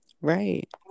Right